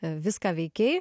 viską veikei